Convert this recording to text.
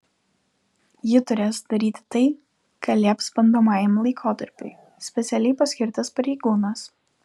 ji turės daryti tai ką lieps bandomajam laikotarpiui specialiai paskirtas pareigūnas